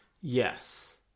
yes